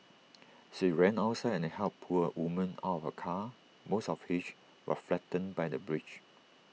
she ran outside and helped pull A woman out of her car most of which was flattened by the bridge